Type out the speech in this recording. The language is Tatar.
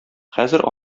хәзер